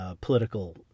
political